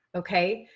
ok?